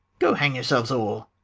go, hang yourselves all!